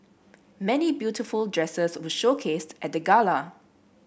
many beautiful dresses were showcased at the gala